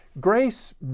Grace